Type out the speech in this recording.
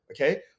Okay